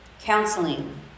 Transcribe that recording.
Counseling